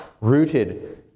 rooted